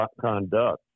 conduct